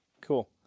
cool